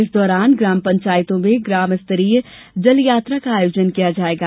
इस दौरान ग्राम पंचायतों में ग्राम स्तरीय जल यात्रा का आयोजन किया जाएगा